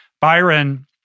Byron